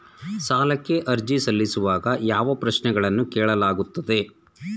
ಸಾಲಕ್ಕೆ ಅರ್ಜಿ ಸಲ್ಲಿಸುವಾಗ ಯಾವ ಪ್ರಶ್ನೆಗಳನ್ನು ಕೇಳಲಾಗುತ್ತದೆ?